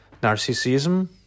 narcissism